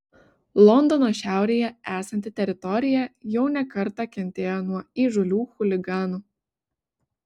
londono šiaurėje esanti teritorija jau ne kartą kentėjo nuo įžūlių chuliganų